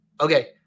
okay